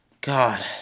God